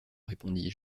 répondis